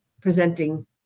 presenting